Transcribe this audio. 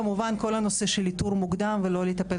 כמובן כל הנושא של איתור מוקדם ולא לטפל